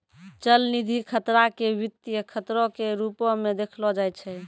चलनिधि खतरा के वित्तीय खतरो के रुपो मे देखलो जाय छै